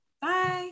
Bye